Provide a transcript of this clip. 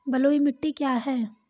बलुई मिट्टी क्या है?